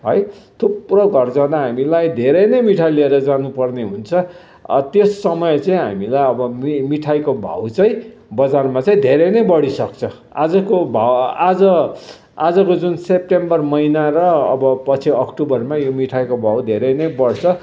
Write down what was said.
है थुप्रो घर जाँदा हामीलाई धेरै नै मिठाई लिएर जानु पर्ने हुन्छ त्यस समय चाहिँ हामीलाई अब मि मिठाईको भाउ चाहिँ बजारमा चाहिँ धेरै नै बढी सक्छ आजको भयो आज आजको जुन सेप्टेम्बर महिना र अब पछि अक्टोबरमा यो मिठाईको भाउ धेरै नै बढ्छ